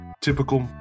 typical